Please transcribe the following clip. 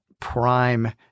prime